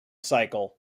cycle